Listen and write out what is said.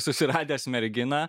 susiradęs merginą